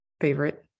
Favorite